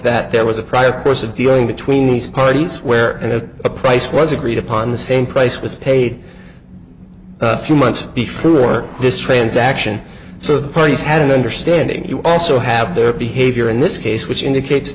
that there was a private person dealing between these parties where you know a price was agreed upon the same price was paid a few months before this transaction so the parties had an understanding you also have their behavior in this case which indicates